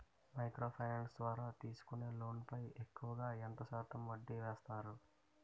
Micro finance ద్వారా తీసుకునే loan పై ఎక్కువుగా ఎంత శాతం వడ్డీ వేస్తారు?